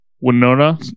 Winona